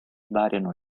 variano